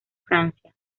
francia